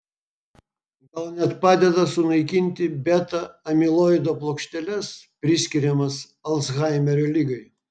gal net padeda sunaikinti beta amiloido plokšteles priskiriamas alzhaimerio ligai